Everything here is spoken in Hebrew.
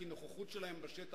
כי הנוכחות שלהם בשטח,